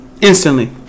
instantly